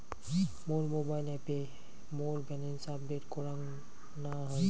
মোর mobile অ্যাপে মোর balance update করাং না হই